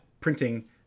printing